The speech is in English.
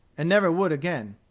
and never would again.